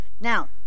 Now